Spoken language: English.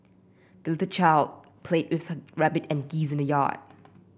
the little child played with her rabbit and geese in the yard